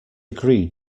agreed